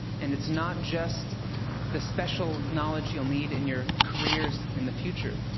and it's not just the special knowledge you'll need in your careers in the future.